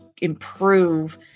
improve